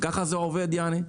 ככה זה עובד כאילו?